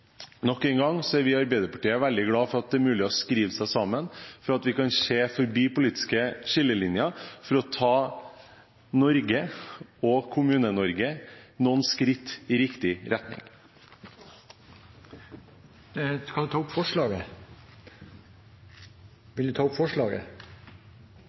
Nok en gang: Vi i Arbeiderpartiet er veldig glade for at det er mulig å skrive seg sammen, og for at vi kan se forbi politiske skillelinjer for å ta Norge og Kommune-Norge noen skritt i riktig retning. Skal representanten ta opp forslaget?